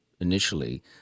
initially